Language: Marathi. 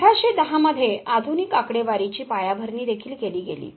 1810 मध्ये आधुनिक आकडेवारीची पायाभरणी देखील केली गेली